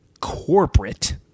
corporate